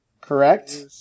correct